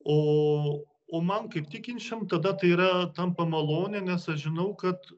o o man kaip tikinčiam tada tai yra tampa malone nes aš žinau kad